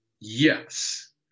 Yes